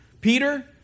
Peter